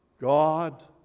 God